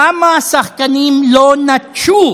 למה השחקנים לא נטשו